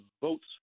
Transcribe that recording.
votes